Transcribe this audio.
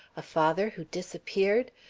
a father who disappeared!